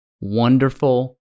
Wonderful